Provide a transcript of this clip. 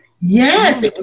Yes